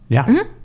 yeah.